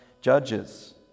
judges